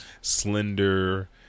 slender